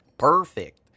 Perfect